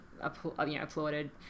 applauded